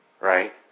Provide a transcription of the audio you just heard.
Right